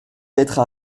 d’être